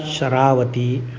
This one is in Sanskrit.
शरावती